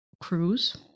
cruise